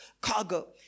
cargo